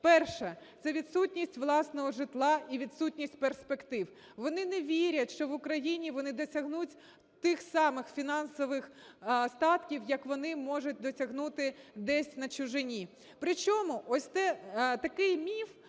Перше. Це відсутність власного житла і відсутність перспектив. Вони не вірять, що в Україні вони досягнуть тих самих фінансових статків, як вони можуть досягнути десь на чужині. Причому ось такий міф,